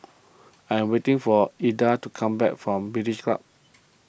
I am waiting for Hilda to come back from British Club